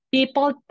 People